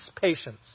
patience